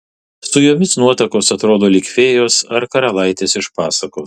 su jomis nuotakos atrodo lyg fėjos ar karalaitės iš pasakos